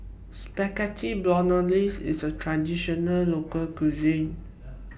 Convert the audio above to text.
Spaghetti Bolognese IS A Traditional Local Cuisine